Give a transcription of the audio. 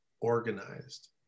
organized